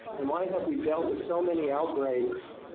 and why have we dealt with so many outbreaks